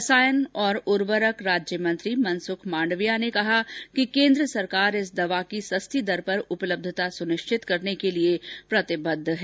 रसायन और उर्वरक राज्य मंत्री मनसुख मांडविया ने कहा है कि केंद्र सरकार इस दवा की सस्ती दर पर उपलब्धता सुनिश्चित करने के लिए प्रतिबद्ध है